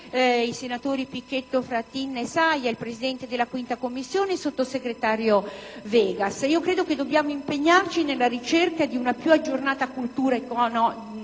i senatori Pichetto Fratin e Saia, il Presidente della 5a Commissione ed il sottosegretario Vegas. Credo che dobbiamo impegnarci nella ricerca di una più aggiornata cultura economica,